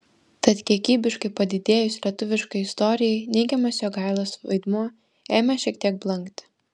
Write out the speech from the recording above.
tad kiekybiškai padidėjus lietuviškai istorijai neigiamas jogailos vaidmuo ėmė šiek tiek blankti